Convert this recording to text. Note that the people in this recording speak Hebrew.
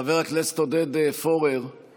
חבר הכנסת עודד פורר,